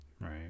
right